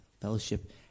fellowship